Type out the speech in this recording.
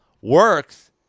works